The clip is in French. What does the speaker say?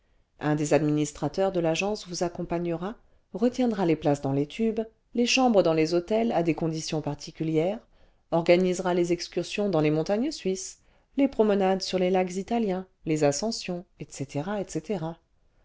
un des administrateurs de l'agence vous accompagnera retiendra les places dans les tubes les chambres dans les hôtels à des conditions particulières organisera les excursions dans les montagnes suisses les promenades sur les lacs italiens les ascensions etc etc